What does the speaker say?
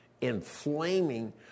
inflaming